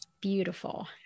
beautiful